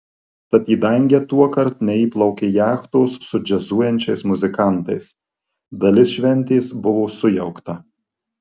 tad į dangę tuokart neįplaukė jachtos su džiazuojančiais muzikantais dalis šventės buvo sujaukta